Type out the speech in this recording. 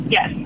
Yes